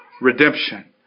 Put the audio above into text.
redemption